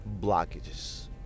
blockages